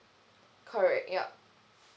correct yup